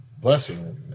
blessing